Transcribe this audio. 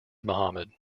mohammad